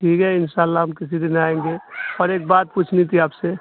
ٹھیک ہے ان شاء اللہ ہم کسی دن آئیں گے اور ایک بات پوچھنی تھی آپ سے